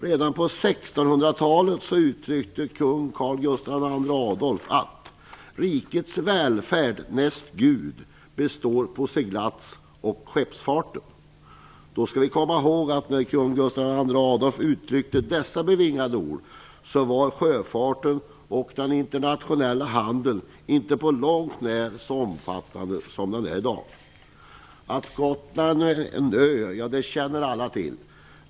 Redan på 1600-talet uttryckte kung Gustaf II Adolf att"Rijkets Wälfärd näst Gudh, beståår på seglatz och skepsfarten". Då skall vi komma ihåg att när kung Gustaf II Adolf uttryckte dessa bevingade ord var sjöfarten och den internationella handeln inte på långt när så omfattande som den är i dag. Att Gotland är en ö känner alla till.